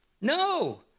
No